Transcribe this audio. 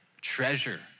treasure